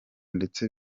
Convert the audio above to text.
ndetse